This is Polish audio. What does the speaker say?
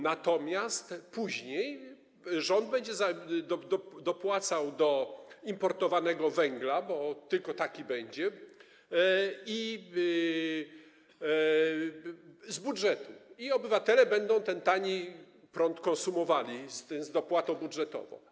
Natomiast później rząd będzie dopłacał do importowanego węgla, bo tylko taki będzie, z budżetu i obywatele będą ten tani prąd konsumowali z dopłatą budżetową.